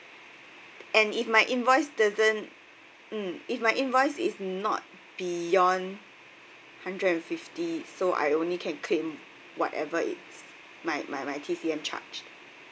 and if my invoice doesn't mm if my invoice is not beyond hundred and fifty so I only can claim whatever it's my my my T_C_M charge